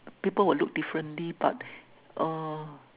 people will look differently but err